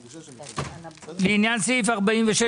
אנחנו עוברים לסעיף הבא בסדר היום: אישור